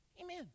Amen